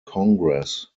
congress